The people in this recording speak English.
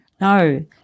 no